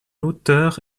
l’auteur